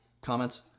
comments